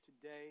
today